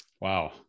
Wow